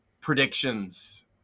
Predictions